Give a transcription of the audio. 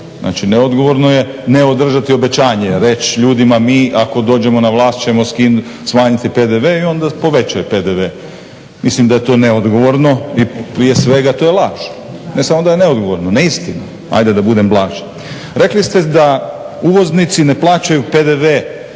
Znači neodgovorno je ne održati obećanje, reć ljudima mi ako dođemo na vlast ćemo smanjiti PDV i onda povećaju PDV. Mislim da je to neodgovorno i prije svega to je laž. Ne samo da je neodgovorno, neistina, ajde da budem blaž. Rekli ste da uvoznici ne plaćaju PDV